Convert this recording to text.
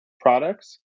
products